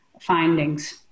findings